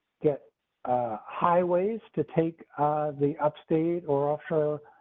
get highways to take the upstate or offer.